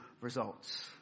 results